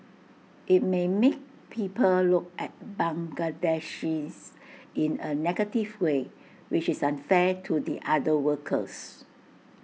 IT may make people look at Bangladeshis in A negative way which is unfair to the other workers